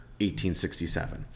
1867